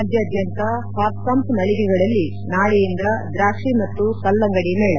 ರಾಜ್ಞಾದ್ಯಂತ ಹಾಪ್ಕಾಮ್ಸ್ ಮಳಿಗೆಗಳಲ್ಲಿ ನಾಳೆಯಿಂದ ದ್ರಾಕ್ಸಿ ಮತ್ತು ಕಲ್ಲಂಗಡಿ ಮೇಳ